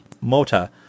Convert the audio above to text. Mota